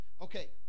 Okay